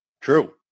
True